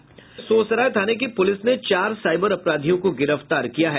नालंदा जिले के सोहसराय थाने की पुलिस ने चार साइबर अपराधियों को गिरफ्तार किया है